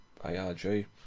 ARG